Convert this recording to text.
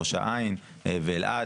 ראש העין ואלעד,